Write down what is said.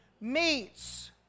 meats